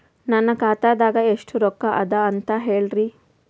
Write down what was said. ನನ್ನ ಖಾತಾದಾಗ ಎಷ್ಟ ರೊಕ್ಕ ಅದ ಅಂತ ಹೇಳರಿ?